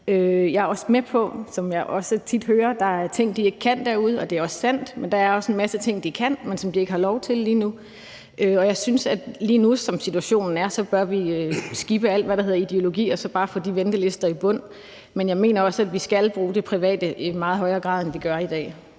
Jeg er også med på, som jeg også tit hører, at der er ting, de ikke kan derude, og det er også sandt, men der er også en masse ting, de kan, men som de ikke har lov til lige nu. Jeg synes, at som situationen er lige nu, bør vi skippe alt, hvad der hedder ideologi og så bare få de ventelister i bund. Men jeg mener også, at vi skal bruge det private i meget højere grad, end vi gør i dag.